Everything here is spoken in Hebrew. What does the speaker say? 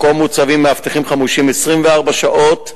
במקום מוצבים מאבטחים חמושים 24 שעות,